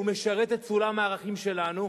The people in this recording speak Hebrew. הוא משרת את סולם הערכים שלנו,